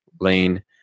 lane